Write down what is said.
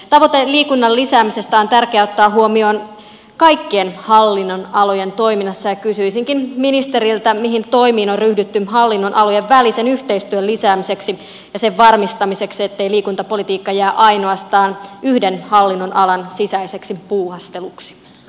tavoite liikunnan lisäämisestä on tärkeä ottaa huomioon kaikkien hallinnonalojen toiminnassa ja kysyisinkin ministeriltä mihin toimiin on ryhdytty hallinnonalojen välisen yhteistyön lisäämiseksi ja sen varmistamiseksi ettei liikuntapolitiikka jää ainoastaan yhden hallinnonalan sisäiseksi puuhasteluksi